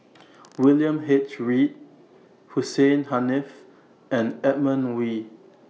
William H Read Hussein Haniff and Edmund Wee